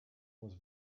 was